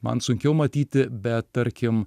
man sunkiau matyti bet tarkim